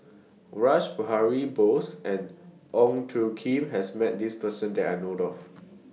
Rash Behari Bose and Ong Tjoe Kim has Met This Person that I know Dofu